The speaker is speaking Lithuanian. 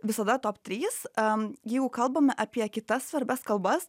visada top trys a jeigu kalbame apie kitas svarbias kalbas